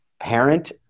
parent